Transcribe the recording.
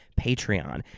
Patreon